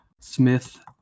Smith